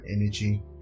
energy